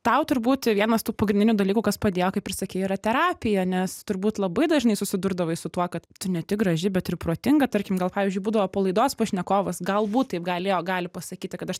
tau turbūt vienas tų pagrindinių dalykų kas padėjo kaip ir sakei yra terapija nes turbūt labai dažnai susidurdavau su tuo kad tu ne tik graži bet ir protinga tarkim gal pavyzdžiui būdavo po laidos pašnekovas galbūt taip galėjo gali pasakyti kad aš